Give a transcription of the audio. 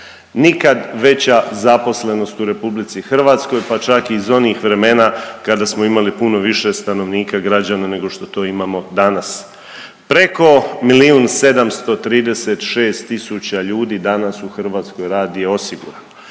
nikad veća zaposlenost u RH, pa čak i iz onih vremena kada smo imali puno više stanovnika i građana nego što to imamo danas, preko milijun 736 tisuća ljudi danas u Hrvatskoj radi osigurano.